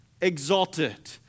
exalted